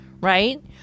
right